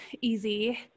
easy